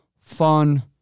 fun